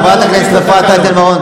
הגרוע שלך, הגרוע שלך הכול רלוונטי.